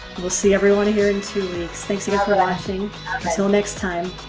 we'll see everyone here in two weeks thanks again for watching until next time.